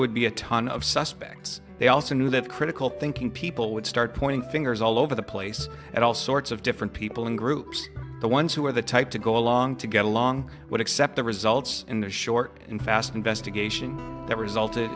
would be a ton of suspects they also knew that critical thinking people would start pointing fingers all over the place at all sorts of different people and groups the ones who were the type to go along to get along would accept the results in the short and fast investigation that resulted